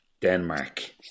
Denmark